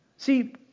See